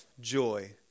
joy